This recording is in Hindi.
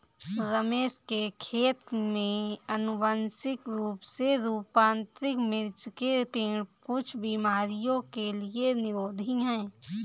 रमेश के खेत में अनुवांशिक रूप से रूपांतरित मिर्च के पेड़ कुछ बीमारियों के लिए निरोधी हैं